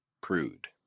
prude